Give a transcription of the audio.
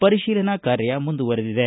ಪರಿಶೀಲನಾ ಕಾರ್ಯ ಮುಂದುವರೆದಿದೆ